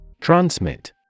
Transmit